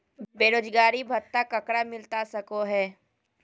बेरोजगारी भत्ता ककरा मिलता सको है?